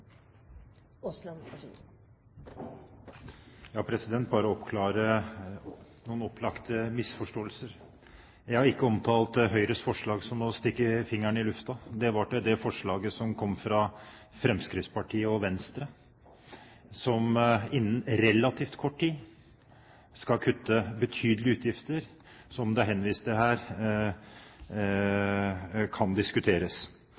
bare oppklare noen opplagte misforståelser. Jeg har ikke omtalt Høyres forslag som å stikke fingeren i lufta. Det jeg henviste til, var forslaget fra Fremskrittspartiet og Venstre, som innen relativt kort tid skal kutte betydelige utgifter, som det er henvist til her, og som kan diskuteres.